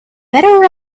better